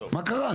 מה קרה?